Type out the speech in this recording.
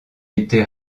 été